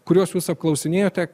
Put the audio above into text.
kuriuos jūs apklausinėjote